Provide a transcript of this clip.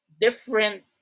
different